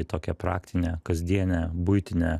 į tokią praktinę kasdienę buitinę